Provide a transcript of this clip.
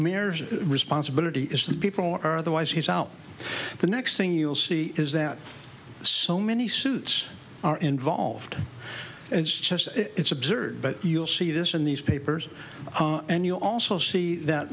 mayor's responsibility is the people or otherwise he's out the next thing you'll see is that so many suits are involved it's just it's absurd but you'll see this in these papers and you also see that